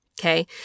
Okay